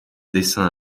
dessin